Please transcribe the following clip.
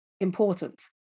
important